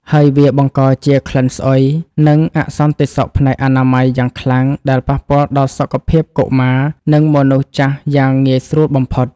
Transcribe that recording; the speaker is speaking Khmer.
ហើយវាបង្កជាក្លិនស្អុយ និងអសន្តិសុខផ្នែកអនាម័យយ៉ាងខ្លាំង ដែលប៉ះពាល់ដល់សុខភាពកុមារ និងមនុស្សចាស់យ៉ាងងាយស្រួលបំផុត។